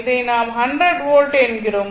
இதை நாம் 100 வோல்ட் என்கிறோம்